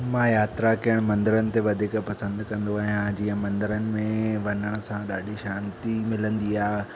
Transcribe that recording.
मां यात्रा करणु मंदरनि ते वधीक पंसदि कंदो आहियां जीअं मंदरनि में वञण सां ॾाढी शांती मिलंदी आहे